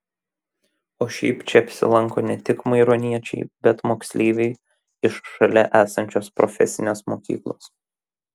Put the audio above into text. o šiaip čia apsilanko ne tik maironiečiai bet moksleiviai iš šalia esančios profesinės mokyklos